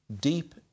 deep